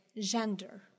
gender